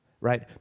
Right